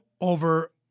over